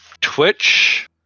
Twitch